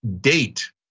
date